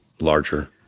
larger